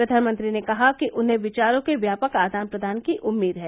प्रधानमंत्री ने कहा कि उन्हें विचारों के व्यापक आदान प्रदान की उम्मीद है